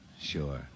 Sure